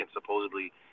supposedly –